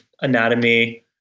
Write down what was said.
anatomy